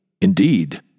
Indeed